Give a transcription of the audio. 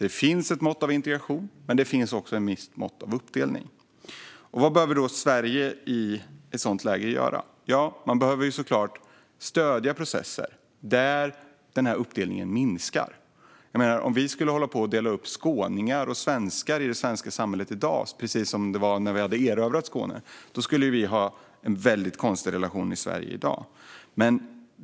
Det finns ett mått av integration, men det finns också ett visst mått av uppdelning. Vad behöver då Sverige göra i ett sådant läge? Man behöver såklart stödja processer där denna uppdelning minskar. Om vi skulle hålla på och dela upp skåningar och svenskar i det svenska samhället i dag, precis som det var när vi hade erövrat Skåne, skulle vi ha en väldigt konstig relation i Sverige i dag.